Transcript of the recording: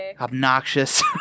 Obnoxious